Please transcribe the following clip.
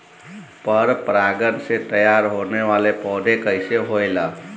पर परागण से तेयार होने वले पौधे कइसे होएल?